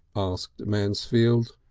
asked mansfield.